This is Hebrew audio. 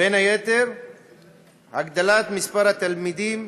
בין היתר הגדלת מספר התלמידים